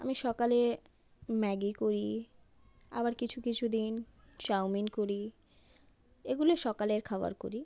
আমি সকালে ম্যাগি করি আবার কিছু কিছু দিন চাউমিন করি এগুলো সকালের খাবার করি